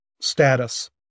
status